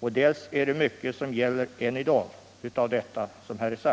dels därför att mycket gäller än i dag av det som sades.